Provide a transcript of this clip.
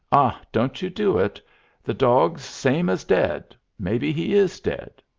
ah, don't you do it the dog's same as dead mebbe he is dead.